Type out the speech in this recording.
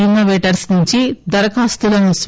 ఇన్నోపేటర్స్ నుండి దరఖాస్తులను సెంబర్